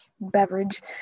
beverage